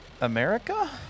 America